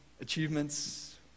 achievements